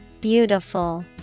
Beautiful